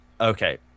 Okay